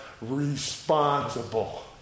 Responsible